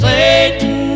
Satan